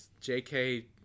JK